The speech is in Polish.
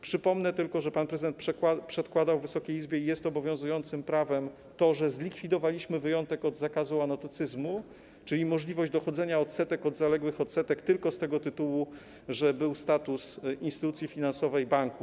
Przypomnę tylko, że pan prezydent przedkładał Wysokiej Izbie i jest obowiązującym prawem to, że zlikwidowaliśmy wyjątek od zakazu anotocyzmu, czyli możliwość dochodzenia odsetek od zaległych odsetek tylko z tego tytułu, że był status instytucji finansowej banku.